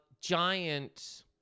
giant